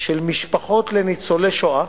של משפחות ניצולי שואה,